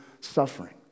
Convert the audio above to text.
suffering